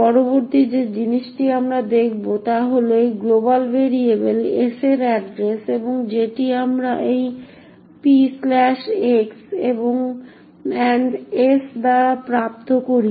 পরবর্তী যে জিনিসটি আমরা দেখব তা হল এই গ্লোবাল ভেরিয়েবল s এর এড্রেস এবং যেটি আমরা এই px s দ্বারা প্রাপ্ত করি